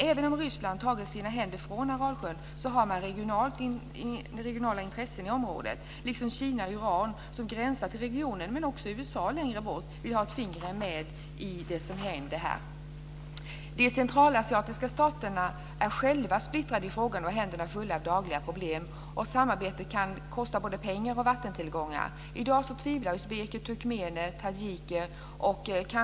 Även om Ryssland har tagit sina händer från Aralsjön har man regionala intressen i området, liksom Kina och Iran som gränsar till regionen, men också USA vill ha ett finger med i det som händer här. De centralasiatiska staterna är själva splittrade i frågan och har händerna fulla av dagliga problem, och samarbete kan komma att kosta både pengar och vattentillgångar. I dag tvistar uzbeker, turkmener, tadzjiker.